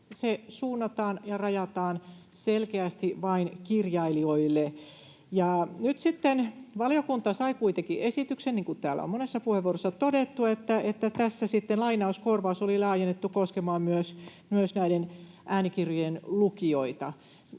se suunnataan ja rajataan selkeästi vain kirjailijoille. Nyt sitten valiokunta sai kuitenkin esityksen, niin kuin täällä on monessa puheenvuorossa todettu, jossa lainauskorvaus oli laajennettu koskemaan myös näiden äänikirjojen lukijoita.